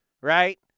right